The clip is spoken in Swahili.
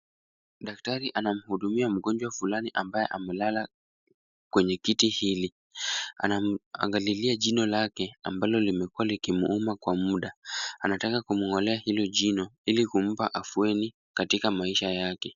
Daktari anamhudumia mgonjwa fulani ambaye amelala kwenye kiti hili. Anamuangalilia jino lake ambalolimekua likimuuma kwa muda. Anataka kumng'olea hilo jino ili kumpa afueni katika maisha yake.